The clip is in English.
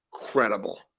incredible